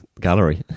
gallery